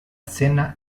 cena